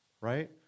right